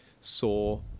saw